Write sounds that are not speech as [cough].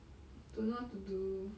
[noise] don't know what to do